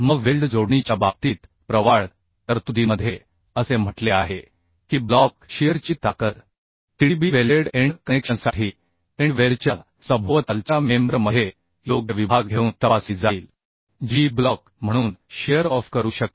मग वेल्ड जोडणीच्या बाबतीत प्रवाळ तरतुदीमध्ये असे म्हटले आहे की ब्लॉक शियरची ताकद TDB वेल्डेड एंड कनेक्शनसाठी एंड वेल्डच्या सभोवतालच्या मेंबर मध्ये योग्य विभाग घेऊन तपासली जाईल जी ब्लॉक म्हणून शियर ऑफ करू शकते